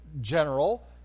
general